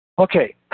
Okay